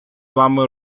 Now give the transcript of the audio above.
вами